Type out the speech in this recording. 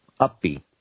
Upbeat